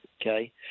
okay